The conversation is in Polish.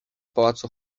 pałacu